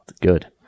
good